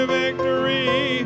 victory